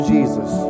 Jesus